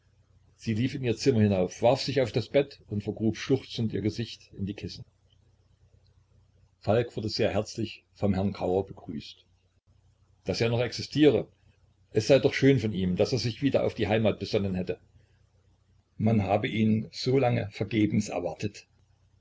sie lief in ihr zimmer hinauf warf sich auf das bett und vergrub schluchzend ihr gesicht in die kissen falk wurde sehr herzlich vom herrn kauer begrüßt daß er noch existiere es sei doch schön von ihm daß er sich wieder auf die heimat besonnen hätte man habe ihn so lange vergebens erwartet